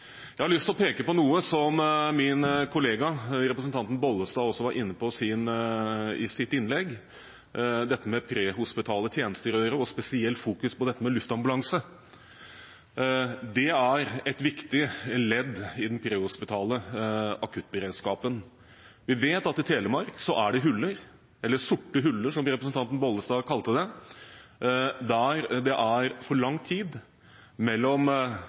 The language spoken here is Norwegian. Jeg har lyst til å peke på noe som min kollega, representanten Bollestad, også var inne på i sitt innlegg, dette med prehospitale tjenester og spesielt luftambulanse. Det er et viktig ledd i den prehospitale akuttberedskapen. Vi vet at i Telemark er det hull – eller «mørke hull», som representanten Bollestad kalte det – der det er for lang tid mellom